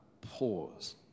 Pause